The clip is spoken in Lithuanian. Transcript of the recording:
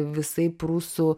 visaip rusų